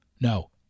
No